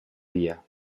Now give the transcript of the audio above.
via